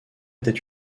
était